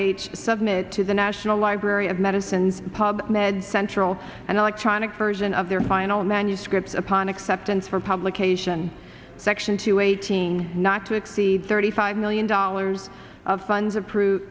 h submits to the national library of medicines pub med central and electronic version of their final manuscripts upon acceptance for publication section two eighteen not to exceed thirty five million dollars of funds approved